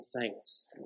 thanks